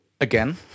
again